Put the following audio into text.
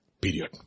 period